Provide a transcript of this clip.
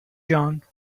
young